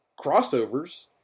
crossovers